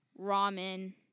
ramen